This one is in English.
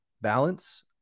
balance